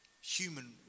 human